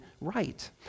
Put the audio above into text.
right